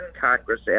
Congress